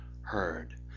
heard